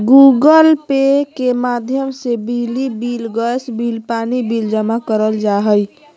Google Pay के माध्यम से बिजली बिल, गैस बिल, पानी बिल जमा करल जा हय